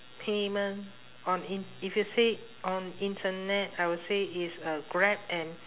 payment on in if you say on internet I would say it's a grab and